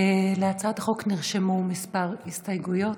להצעת החוק נרשמו כמה הסתייגויות,